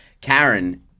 Karen